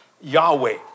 Yahweh